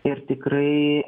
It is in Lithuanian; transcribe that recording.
ir tikrai